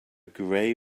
gray